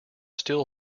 still